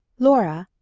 laura.